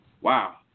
Wow